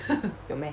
有 meh